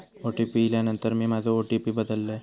OTP इल्यानंतर मी माझो ओ.टी.पी बदललय